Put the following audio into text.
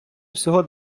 всього